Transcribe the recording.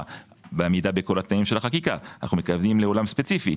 בעמידה בכל התנאים של החקיקה - אנו מתכוונים לעולם ספציפי.